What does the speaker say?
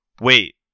Wait